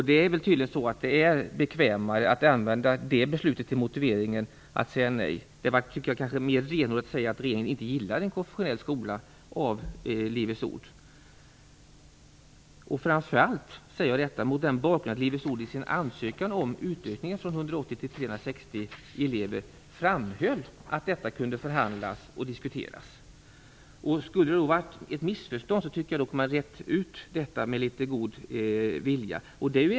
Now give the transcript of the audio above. Det är tydligen bekvämare att använda Uppsala kommuns beslut i regeringens motivering till att man säger nej. Det kanske hade varit mer renhårigt att säga att regeringen inte gillar en konfessionell skola som drivs av Livets Ord, framför allt mot bakgrund av att Livets Ord i sin ansökan om en utökning från 180 till 360 elever framhöll att detta var förhandlingsbart och kunde diskuteras. Om det skulle ha varit fråga om ett missförstånd kunde man ha rett ut detta med litet god vilja.